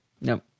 no